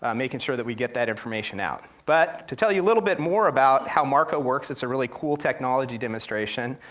ah making sure that we get that information out. but to tell you a little bit more about how marco works, it's a really cool technology demonstration,